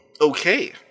okay